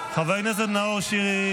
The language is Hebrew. חבר הכנסת נאור שירי,